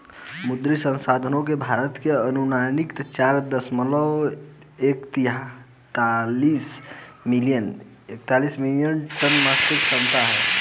मुद्री संसाधनों से, भारत में अनुमानित चार दशमलव एकतालिश मिलियन टन मात्स्यिकी क्षमता है